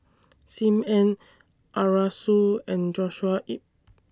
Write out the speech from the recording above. SIM Ann Arasu and Joshua Ip